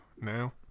now